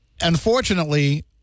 Unfortunately